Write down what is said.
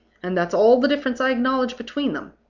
and that's all the difference i acknowledge between them.